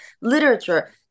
literature